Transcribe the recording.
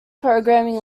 programming